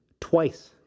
twice